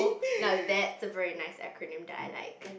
now that's a very nice acronym that I like